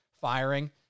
firing